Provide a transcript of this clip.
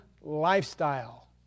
lifestyle